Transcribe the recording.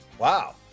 Wow